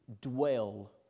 dwell